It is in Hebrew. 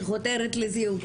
שחותרת לפיוס.